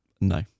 No